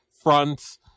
fronts